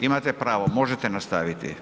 Imate pravo, možete nastaviti.